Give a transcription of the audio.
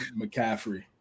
McCaffrey